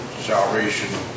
Salvation